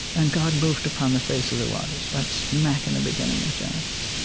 and god moved upon the face of the waters, right? smack in the beginning of genesis.